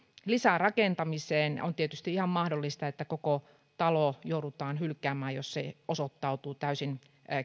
lisärakentamiseen on tietysti ihan mahdollista että koko talo joudutaan hylkäämään jos se osoittautuu täysin